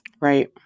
Right